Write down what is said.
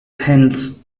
hence